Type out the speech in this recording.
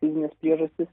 fizinės priežastys